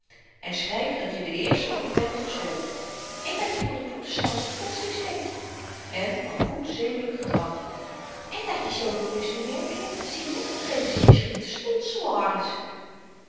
en schryf dat je de n eerste bent op je school en dat je van de protestantsche godsdienst bent en van goed zedelyk gedrag en dat je zooveel lust in werken hebt zieje dan geven ze je misschien terstond salaris